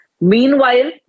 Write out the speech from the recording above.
Meanwhile